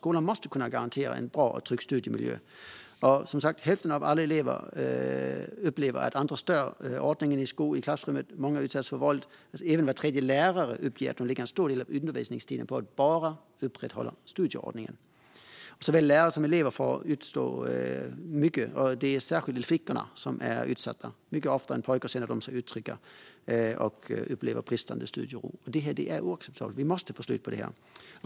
Skolan måste kunna garantera en bra och trygg studiemiljö. Hälften av alla elever upplever som sagt att andra stör ordningen i klassrummet. Många utsätts för våld. Även var tredje lärare uppger att de lägger en stor del av undervisningstiden på att bara upprätthålla ordningen. Såväl lärare som elever får utstå mycket. Särskilt flickor är utsatta. Mycket oftare än pojkar känner de sig otrygga och upplever bristande studiero. Det är oacceptabelt. Vi måste få slut på detta.